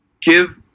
give